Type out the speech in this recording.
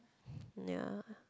ya